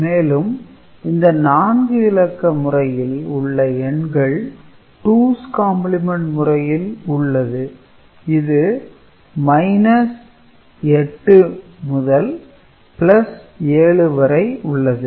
மேலும் இந்த நான்கு இலக்க முறையில் உள்ள எண்கள் டூஸ் கம்பிளிமெண்ட் முறையில் உள்ளது இது 8 முதல் 7 வரை உள்ளது